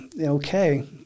okay